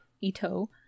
Ito